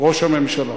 ראש הממשלה.